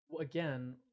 again